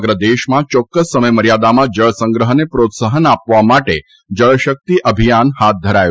સમગ્ર દેશમાં ચોક્ક્સ સમય મર્યાદામાં જળ સંગ્રહને પ્રોત્સાફન આપવા માટે જળશક્તિ અભિયાન હાથ ધરાયું છે